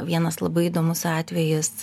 vienas labai įdomus atvejis